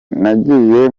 nagiye